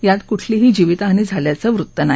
यात कुठलीही जीवितहानी झाल्याचं वृत्त नाही